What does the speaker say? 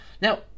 Now